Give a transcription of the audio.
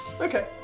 Okay